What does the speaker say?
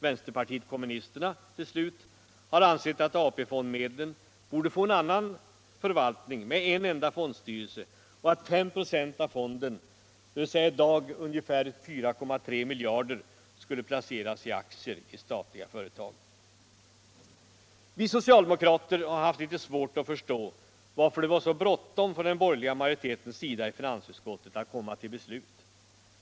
Vänsterpartiet kommunisterna, till slut, har ansett att AP-fondmedlen borde få en annan förvaltning med en enda fondstyrelse och att 5". av fonden, dvs. i dag ungefär 4,3 miljarder, skulle placeras i aktier i statliga företag. Vi socialdemokrater har haft litet svårt att förstå varför den borgerliga majoriteten i finansutskottet hade så bråttom att komma till beslut.